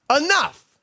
enough